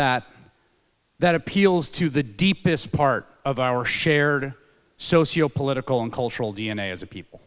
that that appeals to the deepest part of our shared socio political and cultural d n a as a people